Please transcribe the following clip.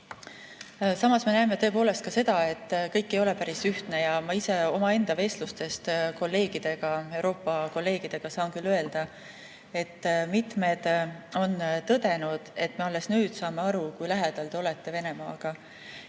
Samas me näeme tõepoolest ka seda, et kõik ei ole päris ühtne. Ma ise omaenda vestlustest kolleegidega, Euroopa kolleegidega saan küll öelda, et mitmed on tõdenud, et me alles nüüd saame aru, kui lähedal te olete Venemaale.